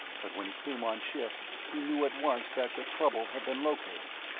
but when he came on shift, he knew at once that the trouble had been located.